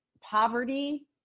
poverty